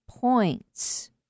points